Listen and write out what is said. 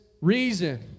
reason